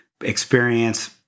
experience